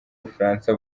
bufaransa